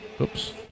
Oops